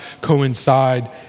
coincide